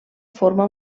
forma